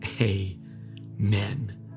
amen